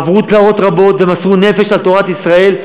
עברו תלאות רבות ומסרו את הנפש על תורת ישראל.